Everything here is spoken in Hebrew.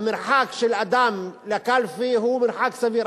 המרחק של אדם לקלפי הוא מרחק סביר,